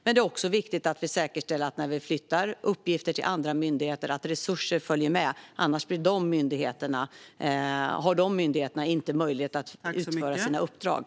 Men det är också viktigt att vi säkerställer att resurser följer med när uppgifter flyttas till andra myndigheter. Annars har de myndigheterna inte möjlighet att utföra sina uppdrag.